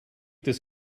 this